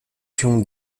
się